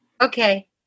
Okay